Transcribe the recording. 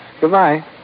Goodbye